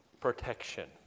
protection